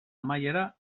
amaiera